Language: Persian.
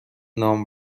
نام